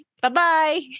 Bye-bye